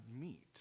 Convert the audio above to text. meet